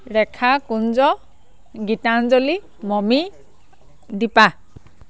Rekha Kunja Gitanjali Mami Dipa